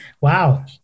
Wow